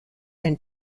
and